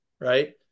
right